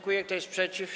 Kto jest przeciw?